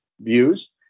views